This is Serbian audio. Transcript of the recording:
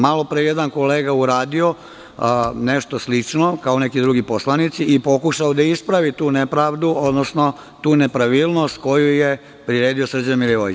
Malo pre je jedan kolega uradio nešto slično kao neki drugi poslanici i pokušao da ispravi tu nepravdu, odnosno tu nepravilnost koju je priredio Srđan Milivojević.